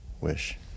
wish